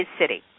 city